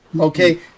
Okay